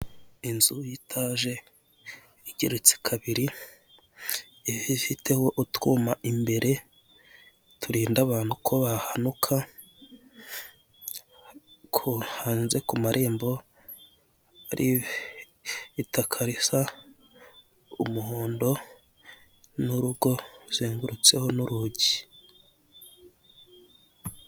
Inzu y'itaje igeretse kabiri ifiteho utwuma imbere turinda abantu ko bahanuka, hanze ku marembo hari itaka risa umuhondo n'urugo ruzengurutseho n'urugi.